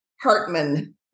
Hartman